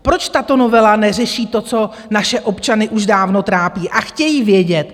Proč tato novela neřeší to, co naše občany už dávno trápí a chtějí vědět?